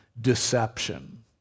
deception